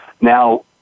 now